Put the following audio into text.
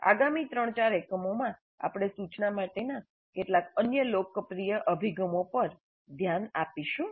આગામી 3 4 એકમોમાં આપણે સૂચના માટેના કેટલાક અન્ય લોકપ્રિય અભિગમો પર ધ્યાન આપીશું